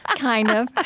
ah kind of